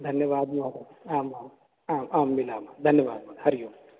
धन्यवादः महोदय आं महोदय आम् आं मिलामः धन्यवादः महोदय हरिः ओम्